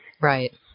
Right